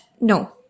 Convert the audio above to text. no